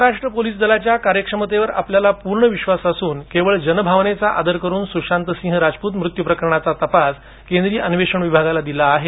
Maharashtra police दलाच्या कार्यक्षमतेवर आपल्याला पूर्ण विश्वास असून केवळ जनभावनेचा आदर करून सुशांत सिंह राजपूत मृत्यू प्रकरणाचा तपास केंद्रीय अन्वेषण विभागाला दिला आहे